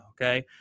Okay